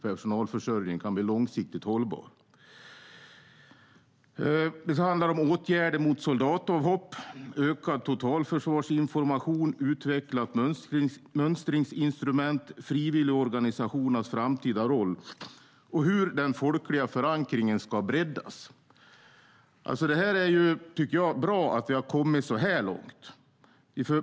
Det handlar även om åtgärder mot soldatavhopp, ökad totalförsvarsinformation, utvecklat mönstringsinstrument, frivilligorganisationernas framtida roll och hur den folkliga förankringen ska breddas. Jag tycker att det är bra att vi har kommit så här långt.